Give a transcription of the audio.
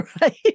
right